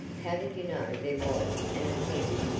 how did you know there was an attempt?